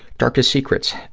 darkest secrets.